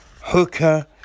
Hooker